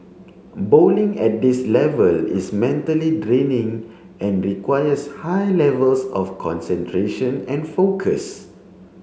bowling at this level is mentally draining and requires high levels of concentration and focus